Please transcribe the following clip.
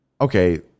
Okay